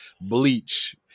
Bleach